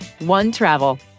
OneTravel